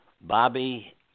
Bobby